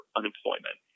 unemployment